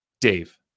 Dave